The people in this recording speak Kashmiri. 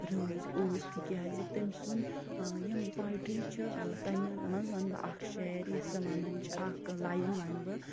رٲزۍ اوس تِکیٛازِ تٔمۍسُنٛد یِم پویٹرٛی چھِ تَمہِ منٛز ون بہٕ اکھ شعر یَس سۄ وَنان چھِ اکھ لایِن وَنہٕ بہٕ